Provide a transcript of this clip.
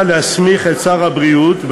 להסמיך את שר הבריאות,